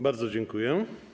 Bardzo dziękuję.